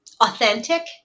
authentic